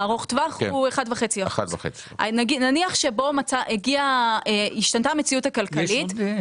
ארוך הטווח הוא 1.5%. נניח שהשתנתה המציאות הכלכלית